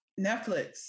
Netflix